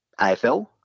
AFL